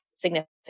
significant